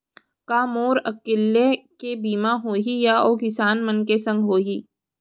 का मोर अकेल्ला के बीमा होही या अऊ किसान मन के संग होही?